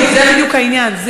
זה בדיוק העניין.